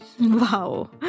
Wow